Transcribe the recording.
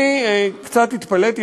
אני קצת התפלאתי,